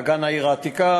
אגן העיר העתיקה,